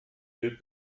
gilt